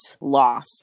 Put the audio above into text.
loss